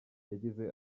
yagize